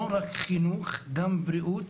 לא רק חינוך, גם בריאות,